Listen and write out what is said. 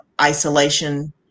isolation